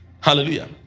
Hallelujah